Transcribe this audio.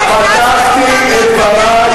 לא הכנסתם אותה לאקדמיה,